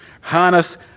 Harness